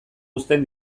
uzten